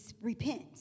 repent